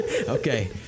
Okay